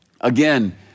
Again